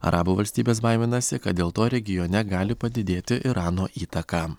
arabų valstybės baiminasi kad dėl to regione gali padidėti irano įtaka